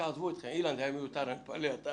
זה היה מיותר.